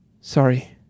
Sorry